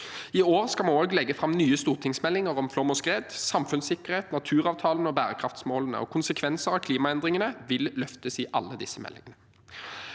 I år skal vi også legge fram nye stortingsmeldinger om flom og skred, samfunnssikkerhet, naturavtalen og bærekraftsmålene. Konsekvenser av klimaendringene vil løftes fram i alle disse meldingene.